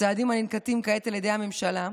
הצעדים הננקטים כעת על ידי הממשלה,